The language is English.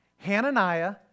Hananiah